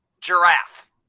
giraffe